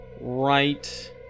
right